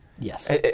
Yes